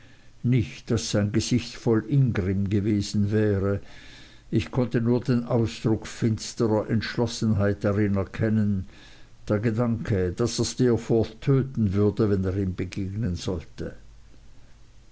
nicht daß sein gesicht voll ingrimm gewesen wäre ich konnte nur den ausdruck finstrer entschlossenheit darin erkennen der gedanke daß er steerforth töten würde wenn er ihm begegnen sollte